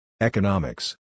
Economics